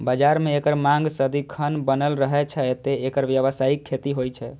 बाजार मे एकर मांग सदिखन बनल रहै छै, तें एकर व्यावसायिक खेती होइ छै